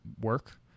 work